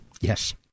Yes